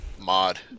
Mod